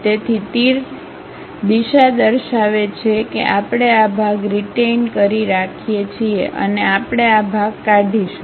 તેથી તીર દિશા દર્શાવે છે કે આપણે આ ભાગ રીટેઈન કરી રાખીએ છીએ અને આપણે આ ભાગ કાઢીશું